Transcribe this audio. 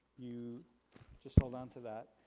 you just hold on to that.